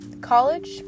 college